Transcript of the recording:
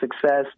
success